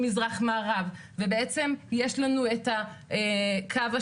אני פותח את ישיבת הוועדה,